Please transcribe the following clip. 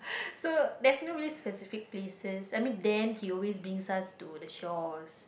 so there's no really specific places I mean then he always brings us to the shores